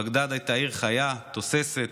בגדאד הייתה עיר חיה, תוססת.